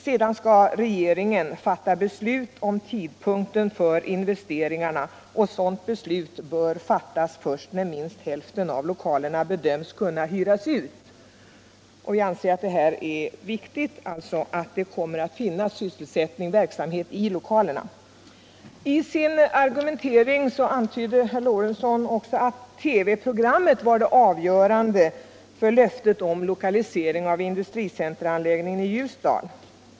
Sedan skall regeringen fatta beslut om tidpunkten för investeringarna, och sådant beslut bör enligt utskottet fattas först när minst hälften av lokalerna bedöms kunna hyras ut. Vi anser det viktigt att det kommer att finnas verksamhet i lokalerna. I sin argumentering antydde herr Lorentzon att TV-programmet var det avgörande för löftet om lokalisering av industricenteranläggningen till Ljusdal.